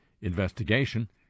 investigation